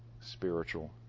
spiritual